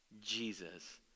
Jesus